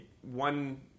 one